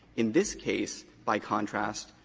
in this case by contrast,